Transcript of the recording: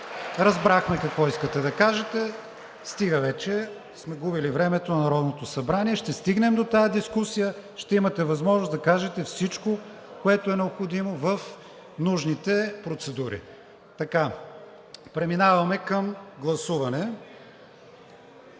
Разбрахме какво искате да кажете, стига вече сме губили времето на Народното събрание. Ще стигнем до тази дискусия, ще имате възможност да кажете всичко, което е необходимо, в нужните процедури. Така, преминаваме към гласуване.